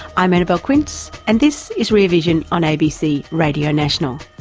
i'm annabelle quince and this is rear vision on abc radio national.